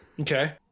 Okay